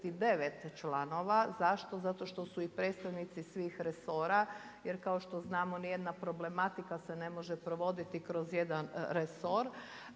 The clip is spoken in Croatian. članova. Zašto? Zato što su i predstavnici svih resora jer kao što znamo nijedna problematika se ne može provoditi kroz jedan resor